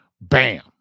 Bam